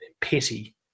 petty